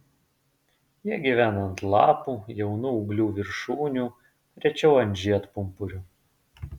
jie gyvena ant lapų jaunų ūglių viršūnių rečiau ant žiedpumpurių